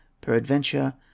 peradventure